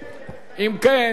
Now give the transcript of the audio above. כן,